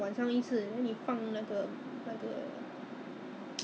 then the review ah the review say !wah! very good ah 很好 ah 什么 ah